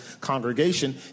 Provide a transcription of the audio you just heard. congregation